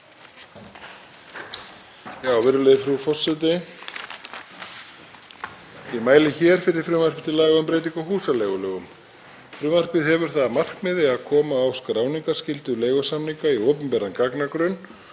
Virðulegi forseti. Ég mæli hér fyrir frumvarpi til laga um breytingu á húsaleigulögum. Frumvarpið hefur það að markmiði að koma á skráningarskyldu leigusamninga í opinberan gagnagrunn